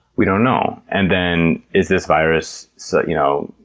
we don't know. and then, is this virus, so you know,